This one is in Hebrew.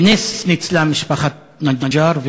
בנס ניצלה משפחת א-נג'אר,